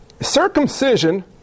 Circumcision